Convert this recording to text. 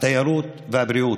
התיירות והבריאות,